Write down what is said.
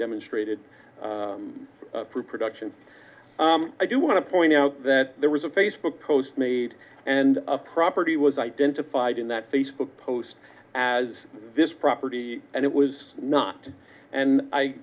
demonstrated preproduction i do want to point out that there was a facebook post made and the property was identified in that facebook post as this property and it was not and i